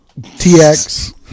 TX